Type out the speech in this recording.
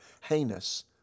heinous